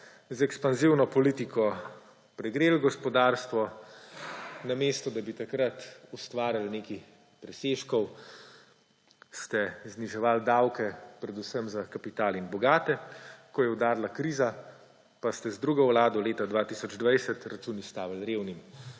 z ekspanzivno politiko pregreli gospodarstvo, namesto da bi takrat ustvarili nekaj presežkov, ste zniževali davke predvsem za kapital in bogate. Ko je udarila kriza, pa ste z drugo vlado leta 2020 račun izstavili revnim.